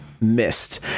missed